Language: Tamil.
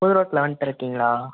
புது ரோட்டில வந்துட்டு இருக்கீங்களா